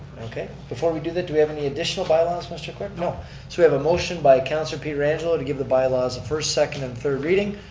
okay, before we do that do we have any additional bylaws mr. clerk? no. so we have a motion by councilor pietrangelo to give the bylaws a first, second, and third reading.